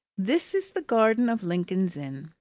this is the garden of lincoln's inn.